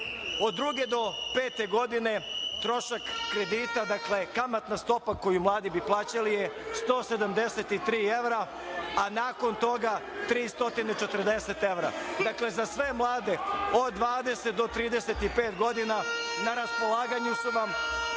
Od druge do pete godine trošak kredita, dakle kamatna stopa koju mladi bi plaćali je 173 evra, a nakon toga 340 evra. Dakle, za sve mlade od 20 do 35 godina na raspolaganju su vam